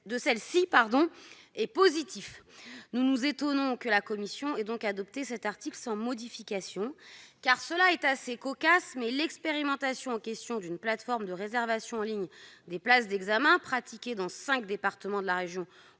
est positif. » Nous nous étonnons donc que la commission spéciale ait adopté cet article sans modification. La situation est en effet assez cocasse : l'expérimentation en question d'une plateforme de réservation en ligne des places d'examen pratique dans cinq départements de la région